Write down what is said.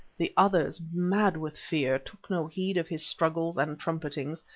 the others, mad with fear, took no heed of his struggles and trumpetings,